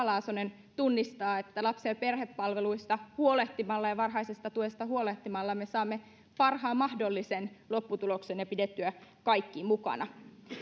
laasonen tunnistaa että lapsi ja perhepalveluista huolehtimalla ja varhaisesta tuesta huolehtimalla me saamme parhaan mahdollisen lopputuloksen ja pidettyä kaikki mukana